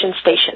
Station